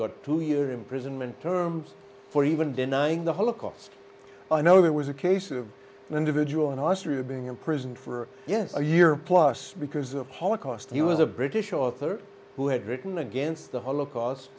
got two year imprisonment terms for even denying the holocaust i know there was a case of an individual in austria being imprisoned for yes a year plus because of holocaust he was a british author who had written against the holocaust